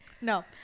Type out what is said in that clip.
No